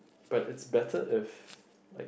but it's better if like to